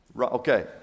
Okay